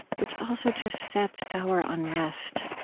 which also just sets our unrest